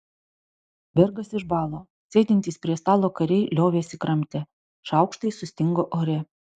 bergas išbalo sėdintys prie stalo kariai liovėsi kramtę šaukštai sustingo ore